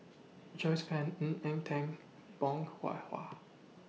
Joyce fan Ng Eng Teng Bong Hwa